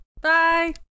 Bye